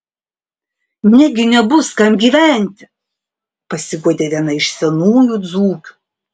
negi nebus kam gyventi pasiguodė viena iš senųjų dzūkių